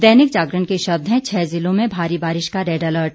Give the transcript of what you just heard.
दैनिक जागरण के शब्द हैं छह जिलों में भारी बारिश का रेड अलर्ट